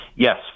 Yes